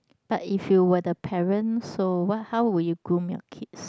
but if you were the parent so what how would you groom your kids